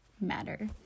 matter